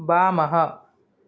वामः